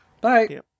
Bye